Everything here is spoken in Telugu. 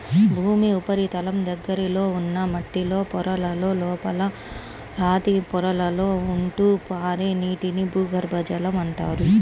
భూమి ఉపరితలం దగ్గరలో ఉన్న మట్టిలో పొరలలో, లోపల రాతి పొరలలో ఉంటూ పారే నీటిని భూగర్భ జలం అంటారు